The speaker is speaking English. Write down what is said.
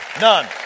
None